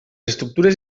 estructures